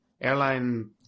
airline